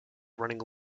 running